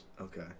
okay